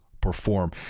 perform